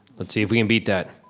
let's see if we can beat that.